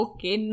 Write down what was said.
Okay